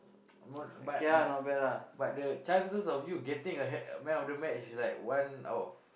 but but but but the chances of you getting a ha~ man of the match is like one out of